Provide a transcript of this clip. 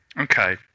Okay